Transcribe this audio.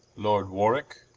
lord warwicke,